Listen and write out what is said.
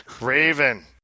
Raven